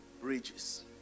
bridges